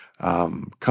Come